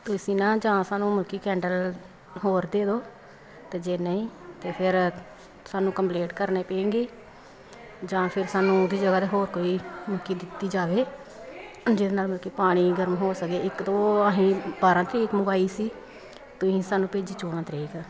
ਤੁਸੀਂ ਨਾ ਜਾਂ ਸਾਨੂੰ ਮਤਲਬ ਕਿ ਕੈਂਟਲ ਹੋਰ ਦੇ ਦਿਓ ਅਤੇ ਜੇ ਨਹੀਂ ਤਾਂ ਫਿਰ ਸਾਨੂੰ ਕੰਪਲੀਟ ਕਰਨੀ ਪਏਗੀ ਜਾਂ ਫਿਰ ਸਾਨੂੰ ਉਹਦੀ ਜਗ੍ਹਾ 'ਤੇ ਹੋਰ ਕੋਈ ਮਤਲਬ ਕਿ ਦਿੱਤੀ ਜਾਵੇ ਜਿਹਦੇ ਨਾਲ ਮਤਲਬ ਕਿ ਪਾਣੀ ਗਰਮ ਹੋ ਸਕੇ ਇੱਕ ਤਾਂ ਅਸੀਂ ਬਾਰਾਂ ਤਰੀਕ ਨੂੰ ਮੰਗਵਾਈ ਸੀ ਤੁਸੀਂ ਸਾਨੂੰ ਭੇਜੀ ਚੌਦਾਂ ਤਰੀਕ